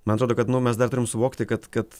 man atrodo kad nu mes dar turim suvokti kad kad